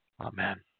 Amen